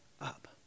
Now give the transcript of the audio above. up